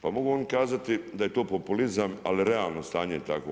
Pa mogu oni kazati da je to populizam, ali realno stanje je takvo.